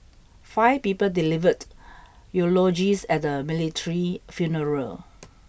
five people delivered eulogies at the military funeral